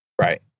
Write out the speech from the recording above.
Right